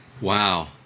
wow